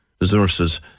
resources